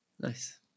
Nice